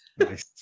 Nice